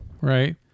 right